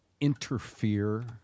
interfere